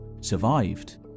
survived